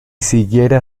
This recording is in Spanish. siquiera